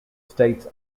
states